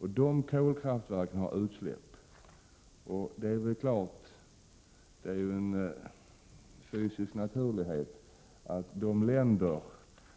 Och dessa kolkraftverk har utsläpp. Det är klart att det är de länder